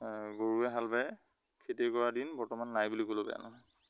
গৰুৱে হাল বাই খেতি কৰাৰ দিন বৰ্তমান নাই বুলি ক'লেও বেয়া নহয়